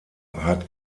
hat